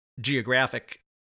geographic